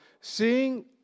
seeing